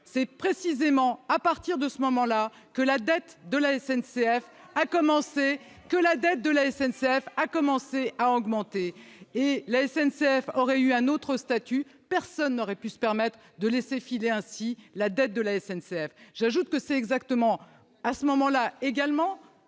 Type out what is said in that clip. C'est précisément à partir de ce moment-là que la dette de la SNCF a commencé à augmenter. Si la SNCF avait eu un autre statut, personne n'aurait pu se permettre d'en laisser filer ainsi la dette. C'est à partir de ce moment-là, aussi,